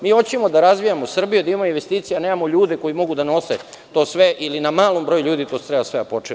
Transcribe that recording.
Mi hoćemo da razvijamo Srbiju, da imamo investicije, a nemamo ljude koji mogu da nose to sve ili na malom broju ljudi to sve treba da počiva.